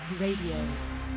Radio